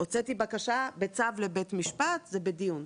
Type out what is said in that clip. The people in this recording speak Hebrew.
הוצאתי בקשה בצו לבית משפט, זה בדיון.